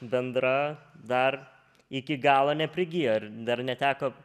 bendra dar iki galo neprigijo ir dar neteko